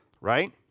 right